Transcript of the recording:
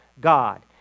God